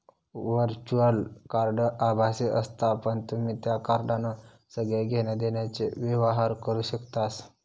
virtual card आभासी असता पण तुम्ही त्या कार्डान सगळे घेण्या देण्याचे व्यवहार करू शकतास